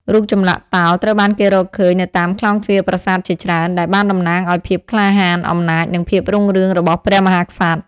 រូបចម្លាក់តោត្រូវបានគេរកឃើញនៅតាមខ្លោងទ្វារប្រាសាទជាច្រើន ដែលបានតំណាងឲ្យភាពក្លាហាន អំណាច និងភាពរុងរឿងរបស់ព្រះមហាក្សត្រ។